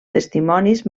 testimonis